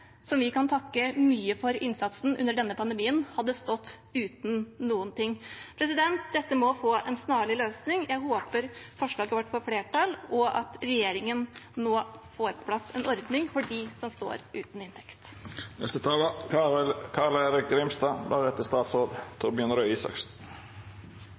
innsatsen under denne pandemien, hadde stått uten noen ting. Dette må få en snarlig løsning. Jeg håper forslaget vårt får flertall, og at regjeringen nå får på plass en ordning for dem som står uten inntekt.